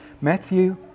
Matthew